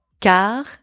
Car